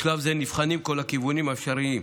בשלב זה נבחנים כל הכיוונים האפשריים,